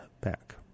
back